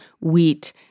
wheat